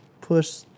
push